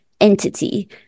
entity